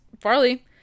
Farley